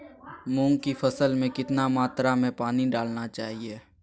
मूंग की फसल में कितना मात्रा में पानी डालना चाहिए?